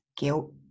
Guilt